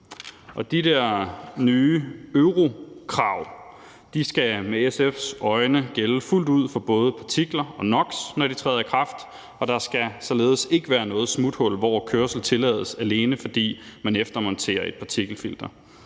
der nye Eurokrav skal set med SF's øjne gælde fuldt ud for både partikler og NOx, når de træder i kraft, og der skal således ikke være noget smuthul, hvor kørsel tillades, alene fordi man eftermonterer et partikelfilter.